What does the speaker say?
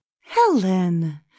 Helen